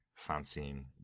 fancying